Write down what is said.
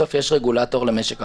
בסוף יש רגולטור למשק החשמל,